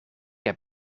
heb